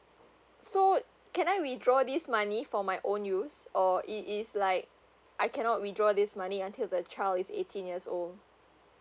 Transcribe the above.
so can I withdraw this money for my own use or it is like I cannot withdraw this money until the child is eighteen years old